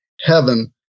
heaven